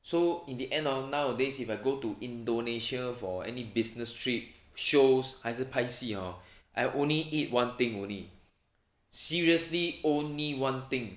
so in the end hor nowadays if I go to indonesia for any business trip shows 还是拍戏 hor I only eat one thing only seriously only one thing